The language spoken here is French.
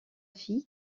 fille